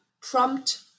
prompt